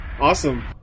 Awesome